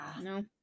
No